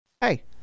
hey